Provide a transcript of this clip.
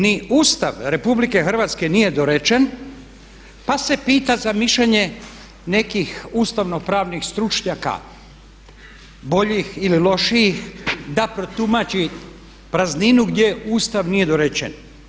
Ni Ustav RH nije dorečen pa se pita za mišljenje nekih ustavnopravnih stručnjaka boljih ili lošijih da protumači prazninu gdje Ustav nije dorečen.